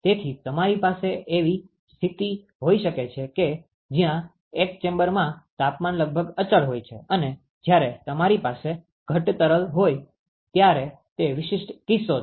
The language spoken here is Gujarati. તેથી તમારી પાસે એવી સ્થિતિ હોઈ શકે છે કે જ્યાં એક ચેમ્બરમાં તાપમાન લગભગ અચળ હોય છે અને જ્યારે તમારી પાસે ઘટ્ટ તરલ હોય ત્યારે તે વિશિષ્ટ કિસ્સો છે